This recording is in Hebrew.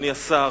אדוני השר,